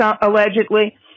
allegedly